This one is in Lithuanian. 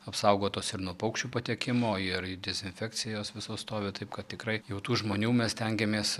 apsaugotos ir nuo paukščių patekimo ir dezinfekcijos visos stovi taip kad tikrai jau tų žmonių mes stengiamės